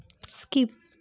skip